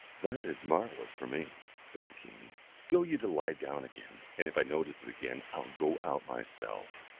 that is marvellous for me, said the king go you to lie down again, and if i notice it again i will go out myself.